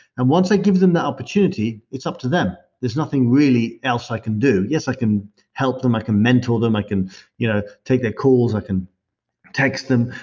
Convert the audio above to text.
and once i give them that opportunity, it's up to them. there's nothing really else i can do. yes, i can help them. i can mentor them. i can you know take their calls. i can text them,